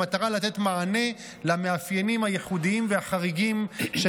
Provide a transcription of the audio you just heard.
במטרה לתת מענה למאפיינים הייחודיים והחריגים של